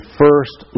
first